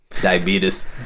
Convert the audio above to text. Diabetes